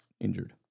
injured